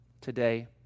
today